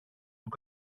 του